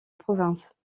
province